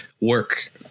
work